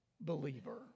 believer